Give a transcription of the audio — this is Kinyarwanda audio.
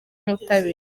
n’ubutabera